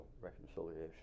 reconciliation